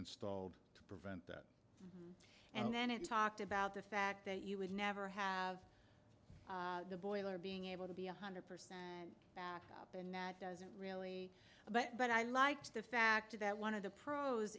installed to prevent that and then it talked about the fact that you would never have the boiler being able to be one hundred percent backed up and that doesn't really but i like the fact that one of the pros